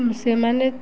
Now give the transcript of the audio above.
ସେମାନେ